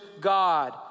God